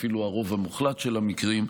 אפילו הרוב המוחלט של המקרים,